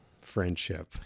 friendship